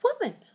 woman